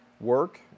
work